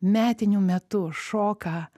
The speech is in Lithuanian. metinių metu šoka